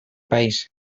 país